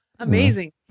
amazing